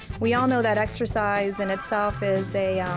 we all know that exercise in itself is a